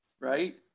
Right